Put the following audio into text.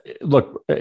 Look